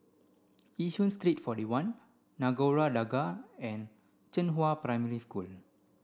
Yishun Street forty one Nagore Dargah and Zhenghua Primary School